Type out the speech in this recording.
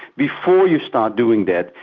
before you start doing that,